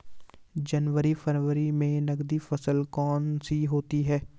जनवरी फरवरी में नकदी फसल कौनसी है?